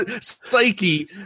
psyche